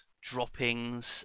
droppings